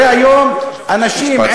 הרי היום אנשים, משפט סיכום.